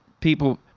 people